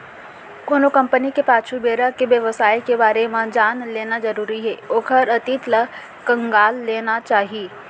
कोनो कंपनी के पाछू बेरा के बेवसाय के बारे म जान लेना जरुरी हे ओखर अतीत ल खंगाल लेना चाही